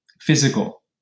physical